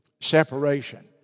separation